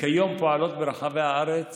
כיום פועלות ברחבי הארץ